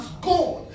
God